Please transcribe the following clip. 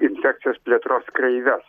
infekcijos plėtros kreives